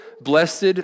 Blessed